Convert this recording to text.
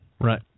Right